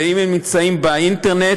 שאם הם נמצאים באינטרנט,